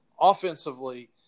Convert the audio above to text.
offensively